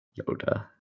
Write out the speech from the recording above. Yoda